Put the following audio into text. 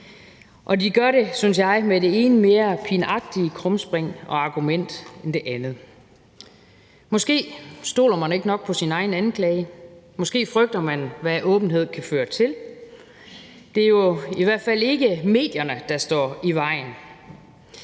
Og de gør det, synes jeg, med det ene mere pinagtige krumspring og argument end det andet. Måske stoler man ikke nok på sin egen anklage; måske frygter man, hvad åbenhed kan føre til. Det er jo i hvert fald ikke medierne, der står i vejen.